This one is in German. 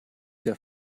der